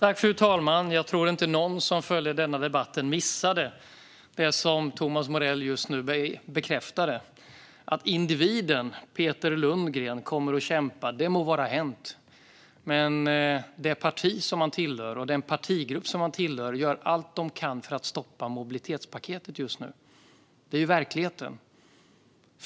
Fru talman! Jag tror inte att någon som följer debatten missade det som Thomas Morell just nu bekräftade. Att individen Peter Lundgren kommer att kämpa må vara hänt, men det parti och den partigrupp som han tillhör gör allt de kan för att stoppa mobilitetspaketet. Det är verkligheten.